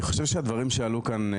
אני חושב שהדברים שעלו כאן היום,